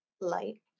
light